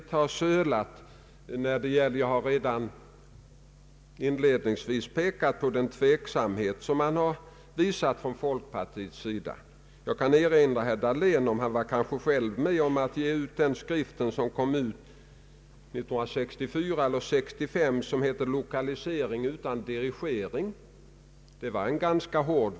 Såsom någon antydde i debatten, har vi anledning att inte minst arbeta för alternativ till storstaden, att i varje län eftersträva att få fram städer som är tillräckligt stora för att motsvara de anspråk som människor i dag ställer.